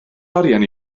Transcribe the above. arian